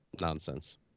nonsense